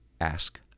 ask